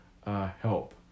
Help